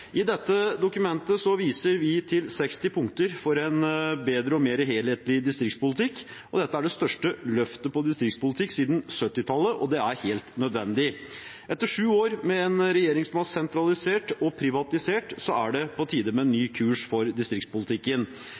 I dette dokumentet viser vi til 60 punkter for en bedre og mer helhetlig distriktspolitikk. Dette er det største løftet for distriktspolitikk siden 1970-tallet, og det er helt nødvendig. Etter sju år med en regjering som har sentralisert og privatisert, er det på tide med ny kurs for distriktspolitikken.